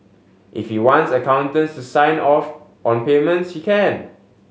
if he wants accountants to sign off on payments he can